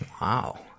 Wow